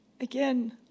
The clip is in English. again